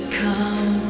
come